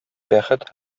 бәхет